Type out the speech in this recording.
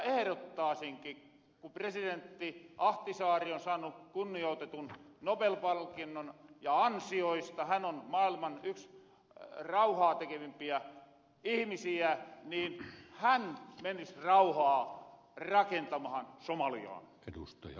eherottaasinkin ku presidentti ahtisaari on saanu kunniootetun nobel palkinnon ja ansioista hän on maailman yksi rauhaatekevimpiä ihimisiä että hän menis rauhaa rakentamahan somaliaan